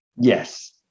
Yes